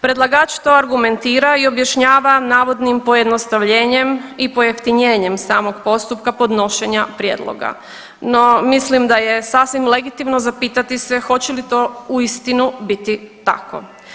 Predlagač to argumentira i objašnjava navodnim pojednostavljenjem i pojeftinjenjem samog postupka podnošenja prijedloga, no mislim da je sasvim legitimno zapitati se hoće li to uistinu biti tako.